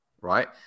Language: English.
Right